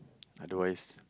otherwise